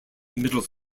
middle